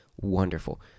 wonderful